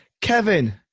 Kevin